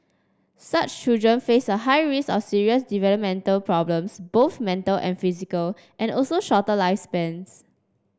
such children face a high risk of serious developmental problems both mental and physical and also shorter lifespans